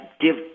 give